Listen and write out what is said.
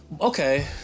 Okay